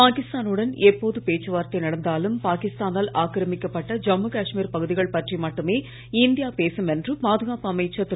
பாகிஸ்தா னுடன் எப்போது பேச்சுவார்த்தை நடந்தாலும் பாகிஸ்தா னால் ஆக்கிரமிக்கப்பட்ட ஜம்மு காஷ்மீர் பகுதிகள் பற்றி மட்டுமே இந்தியா பேசும் என்று பாதுகாப்பு அமைச்சர் திரு